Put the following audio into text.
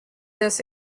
this